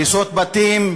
הריסות בתים?